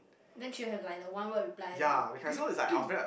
then should have like the one word reply also